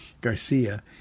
Garcia